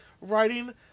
writing